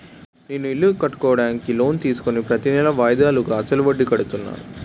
నేను ఇల్లు కట్టుకోడానికి లోన్ తీసుకుని ప్రతీనెలా వాయిదాలుగా అసలు వడ్డీ కడుతున్నాను